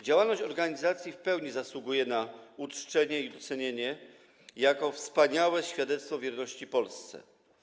Działalność organizacji w pełni zasługuje na uczczenie i docenienie jako wspaniałe świadectwo wierności Polsce.